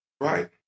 Right